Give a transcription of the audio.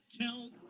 tell